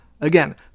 Again